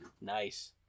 Nice